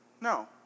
No